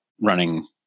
running